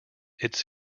its